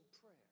prayer